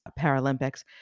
Paralympics